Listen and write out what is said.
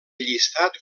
llistat